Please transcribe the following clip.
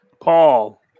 Paul